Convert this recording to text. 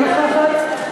אינה נוכחת,